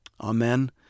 Amen